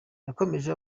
yakomeje